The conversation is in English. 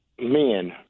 men